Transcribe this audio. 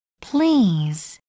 please